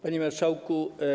Panie Marszałku!